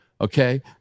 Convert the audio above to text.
okay